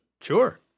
Sure